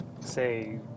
say